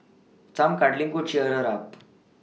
some cuddling could cheer her up